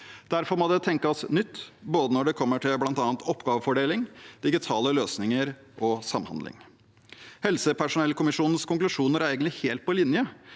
Derfor må det tenkes nytt når det gjelder både oppgavefordeling, digitale løsninger og samhandling, bl.a. helsepersonellkommisjonens konklusjoner er egentlig helt på linje